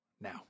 now